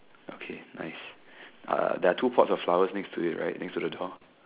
okay nice uh there are two pots of flowers next to it right next to the door